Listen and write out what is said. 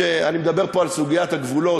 אני מדבר פה על סוגיית הגבולות,